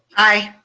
aye.